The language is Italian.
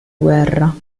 guerra